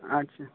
আচ্ছা